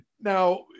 now